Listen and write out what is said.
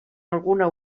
alguna